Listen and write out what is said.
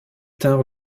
tinrent